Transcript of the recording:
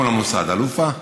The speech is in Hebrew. איך קוראים למוסד, אל-ואפא?